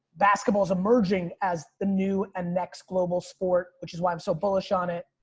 basketball is emerging as the new and next global sport, which is why i'm so bullish on it.